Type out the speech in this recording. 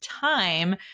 time